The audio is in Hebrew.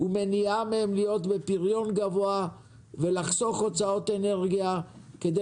זה מונע מהם להיות בפריון גבוה ולחסוך הוצאות אנרגיה כדי